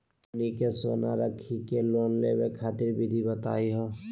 हमनी के सोना रखी के लोन लेवे खातीर विधि बताही हो?